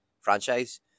franchise